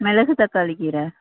மிளகு தக்காளி கீரை